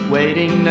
Waiting